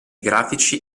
grafici